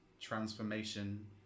Transformation